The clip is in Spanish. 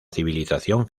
civilización